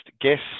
guest